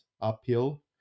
uphill